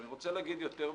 יותר מזה,